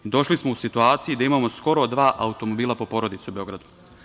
Došli smo u situaciju da imamo skoro dva automobila po porodici u Beogradu.